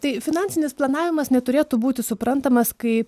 tai finansinis planavimas neturėtų būti suprantamas kaip